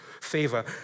favor